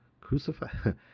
crucified